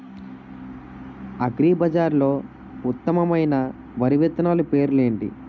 అగ్రిబజార్లో ఉత్తమమైన వరి విత్తనాలు పేర్లు ఏంటి?